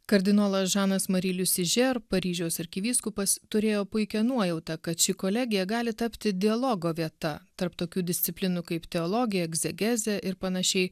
kardinolas žanas mari liusi žer paryžiaus arkivyskupas turėjo puikią nuojautą kad ši kolegija gali tapti dialogo vieta tarp tokių disciplinų kaip teologija egzegezė ir panašiai